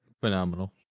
phenomenal